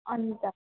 अन्त